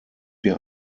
wir